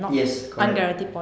yes correct